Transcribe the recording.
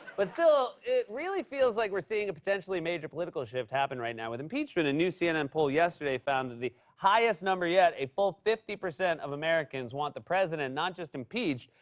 but still it really feels like we're seeing a potentially major political shift happen right now with impeachment. a new cnn poll yesterday found that the highest number yet, a full fifty percent of americans want the president not just impeached,